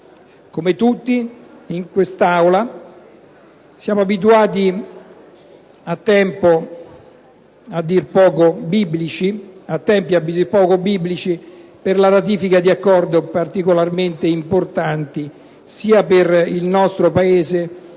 Come tutti in quest'Aula sanno, siamo abituati a tempi a dir poco biblici per la ratifica di accordi particolarmente importanti sia per il nostro Paese che